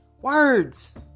Words